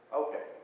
okay